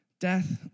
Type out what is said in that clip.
death